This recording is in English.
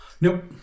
Nope